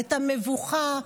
המבוכה,